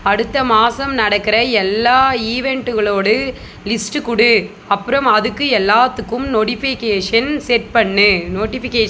அடுத்த மாதம் நடக்கிற எல்லா ஈவெண்ட்டுகளோட லிஸ்ட் கொடு அப்புறம் அதுக்கு எல்லாத்துக்கும் நோடிஃபிகேஷன் செட் பண்ணு நோட்டிஃபிகே